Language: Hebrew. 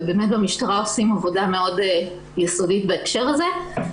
ובאמת במשטרה עושים עבודה מאוד יסודית בהקשר הזה,